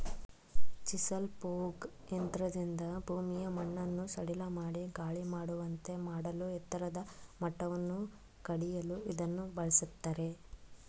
chisel plough ಯಂತ್ರದಿಂದ ಭೂಮಿಯ ಮಣ್ಣನ್ನು ಸಡಿಲಮಾಡಿ ಗಾಳಿಯಾಡುವಂತೆ ಮಾಡಲೂ ಎತ್ತರದ ಮಟ್ಟವನ್ನು ಕಡಿಯಲು ಇದನ್ನು ಬಳ್ಸತ್ತರೆ